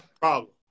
problem